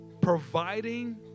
providing